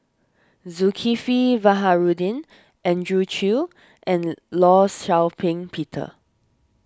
Zulkifli Baharudin Andrew Chew and Law Shau Ping Peter